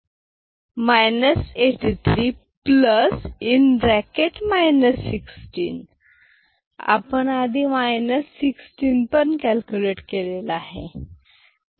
आपण आधी 16 पण कॅल्क्युलेट केलेले आहे